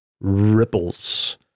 Ripples